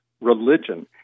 religion